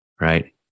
right